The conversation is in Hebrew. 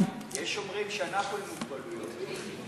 יש אומרים שאנחנו עם מוגבלויות.